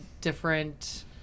different